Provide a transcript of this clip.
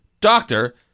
doctor